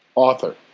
author,